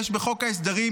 בחוק ההסדרים,